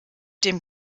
dem